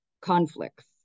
conflicts